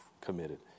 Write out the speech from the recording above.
committed